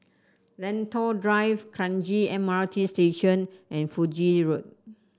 Lentor Drive Kranji M R T Station and Fiji Road